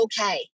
okay